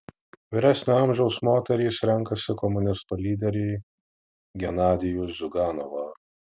vyresnio amžiaus moterys renkasi komunistų lyderį genadijų ziuganovą